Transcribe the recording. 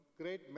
great